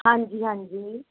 ਹਾਂਜੀ ਹਾਂਜੀ